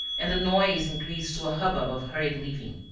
and the noise increased to a hubbub of hurried leaving.